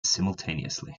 simultaneously